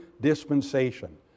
dispensation